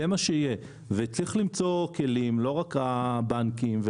צריך למצוא כלים, לא רק הבנקים.